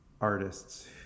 artists